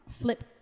flip